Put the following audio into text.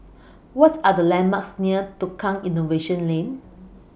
What Are The landmarks near Tukang Innovation Lane